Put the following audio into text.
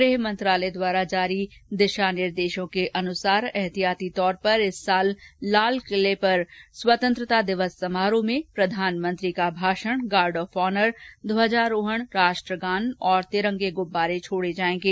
गृह मंत्रालय द्वारा जारी दिशा निर्देशों के अनुसार एहतियाती तौर पर इस वर्ष लाल किले पर स्वतंत्रता दिवस समारोह में प्रधानमंत्री का भाषण गार्ड ऑफ ऑनर ध्वजारोहण राष्ट्रगान और तिरंगे गुब्बारे छोड़े जायेंगे